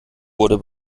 wurde